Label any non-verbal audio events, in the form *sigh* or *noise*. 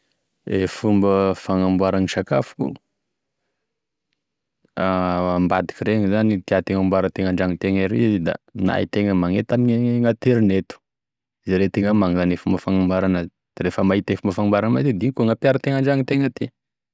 E fomba fagnamboarany sakafoko *hesitation* ambadiky regny zany nefa tiategna amboarintegna an-dragnotegna ery, da na itegna magnety ame gn'aterineto, jeretegna amignagny e fomba fagnamboranazy, da rehefa mahita e fomba fagnamboaranazy agny itegna, da igny koa gn'ampiarintegna an-dragnotegna aty.